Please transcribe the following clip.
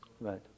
Right